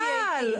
הוא שאל על ייצוא.